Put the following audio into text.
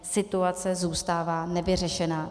Situace zůstává nevyřešená.